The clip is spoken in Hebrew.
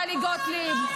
טלי גוטליב.